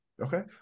Okay